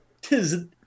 Tis